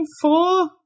Four